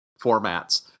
formats